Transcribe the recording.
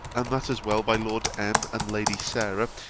and that as well by lord m. and lady sarah,